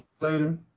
later